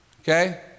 Okay